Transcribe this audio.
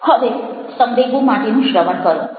હવે સંવેગો માટેનું શ્રવણ કરો